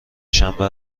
شنبه